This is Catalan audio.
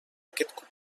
aquest